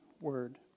word